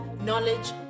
knowledge